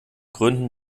gründen